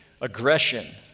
aggression